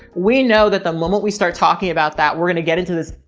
we know that the moment we start talking about that, we're going to get into this,